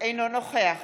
אינו נוכח